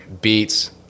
beats